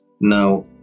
Now